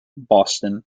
boston